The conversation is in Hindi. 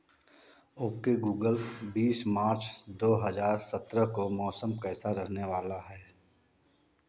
ओके गूगल बीस मार्च दो हज़ार सत्रह को मौसम कैसा रहने वाला है